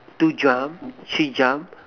two jump three jump